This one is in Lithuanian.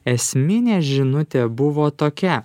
esminė žinutė buvo tokia